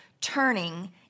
turning